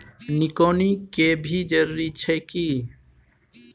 निकौनी के भी जरूरी छै की?